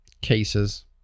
cases